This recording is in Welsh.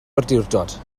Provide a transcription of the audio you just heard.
awdurdod